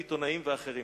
עיתונאים ואחרים.